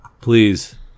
Please